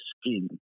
skin